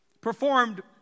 performed